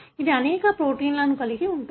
ఇది అనేక ప్రోటీన్లను కలిగి ఉంటుంది